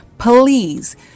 Please